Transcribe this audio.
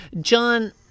John